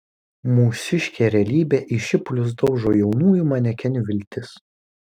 mūsiškė realybė į šipulius daužo jaunųjų manekenių viltis